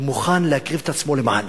ומוכן להקריב את עצמו למענה,